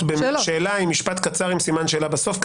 שאלה עם משפט קצר, עם סימן שאלה בסוף.